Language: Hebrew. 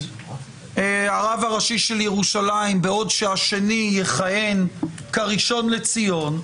הרב הראשי של ירושלים בעוד שהשני יכהן כראשון לציון,